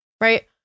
Right